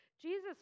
Jesus